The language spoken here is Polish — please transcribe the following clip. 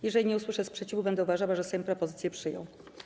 Jeżeli nie usłyszę sprzeciwu, będę uważała, że Sejm propozycję przyjął.